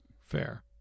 Fair